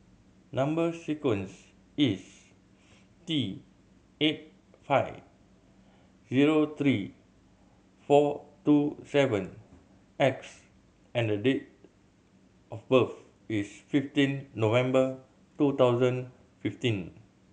number sequence is T eight five zero three four two seven X and the date of birth is fifteen November two thousand fifteen